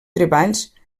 treballs